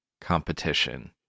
competition